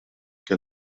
que